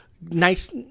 nice